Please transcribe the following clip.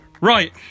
Right